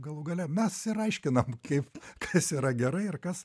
galų gale mes ir aiškinam kaip kas yra gerai ir kas